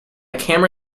camera